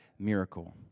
miracle